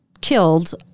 killed